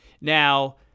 Now